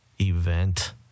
event